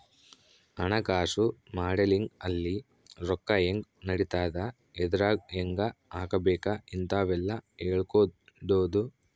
ಹಣಕಾಸು ಮಾಡೆಲಿಂಗ್ ಅಲ್ಲಿ ರೊಕ್ಕ ಹೆಂಗ್ ನಡಿತದ ಎದ್ರಾಗ್ ಹೆಂಗ ಹಾಕಬೇಕ ಇಂತವೆಲ್ಲ ಹೇಳ್ಕೊಡೋದು